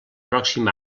pròxim